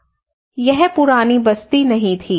यह बहुत पुरानी बस्ती नहीं थी